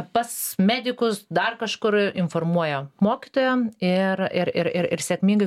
pas medikus dar kažkur informuoja mokytoją ir ir ir ir ir sėkmingai